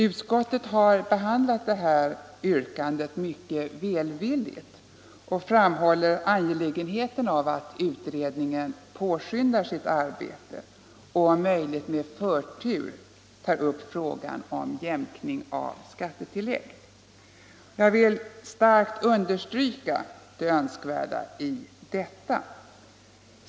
Utskottet har behandlat detta yrkande mycket välvilligt och framhåller angelägenheten av att utredningen påskyndar sitt arbete och om möjligt med förtur tar upp frågan om jämkning av skattetillägg. Jag vill starkt understryka det önskvärda i detta.